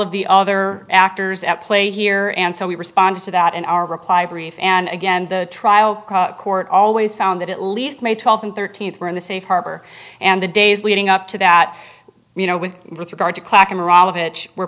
of the other actors at play here and so we responded to that in our reply brief and again the trial court always found that at least may twelfth and thirteenth were in the safe harbor and the days leading up to that you know with regard to